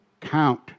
count